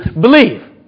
believe